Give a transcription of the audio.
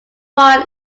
won